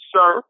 Sir